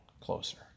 closer